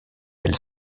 elle